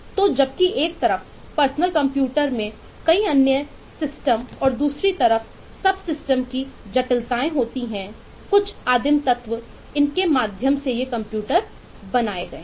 तो जबकि एक तरफ पर्सनल कंप्यूटर की जटिलताएं होती हैं कुछ आदिम तत्व जिनके माध्यम से ये कंप्यूटर बनाए गए हैं